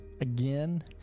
Again